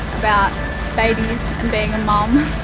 about babies and being a mum.